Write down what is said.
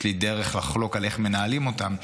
יש לי דרך לחלוק על איך מנהלים אותן,